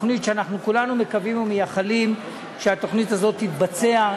אנחנו כולנו מקווים ומייחלים שהתוכנית הזאת תתבצע,